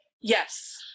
Yes